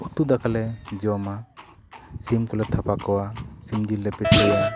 ᱩᱛᱩ ᱫᱟᱠᱟᱞᱮ ᱡᱚᱢᱟ ᱥᱤᱢ ᱠᱚᱞᱮ ᱛᱷᱟᱯᱟ ᱠᱚᱣᱟ ᱥᱤᱢ ᱡᱤᱞ ᱞᱮ ᱯᱤᱴᱷᱟᱹᱭᱟ